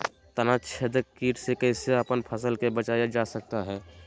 तनाछेदक किट से कैसे अपन फसल के बचाया जा सकता हैं?